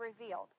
revealed